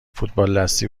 فوتبالدستی